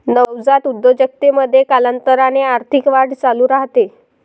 नवजात उद्योजकतेमध्ये, कालांतराने आर्थिक वाढ चालू राहते